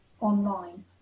online